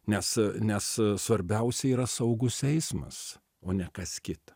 nes nes svarbiausia yra saugus eismas o ne kas kita